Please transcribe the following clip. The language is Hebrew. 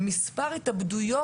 את מספר ההתאבדויות